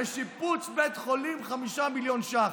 לשיפוץ בית חולים 5 מיליון שקלים.